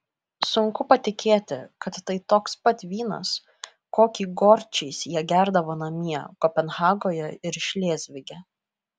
sunku patikėti kad tai toks pat vynas kokį gorčiais jie gerdavo namie kopenhagoje ir šlėzvige